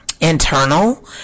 internal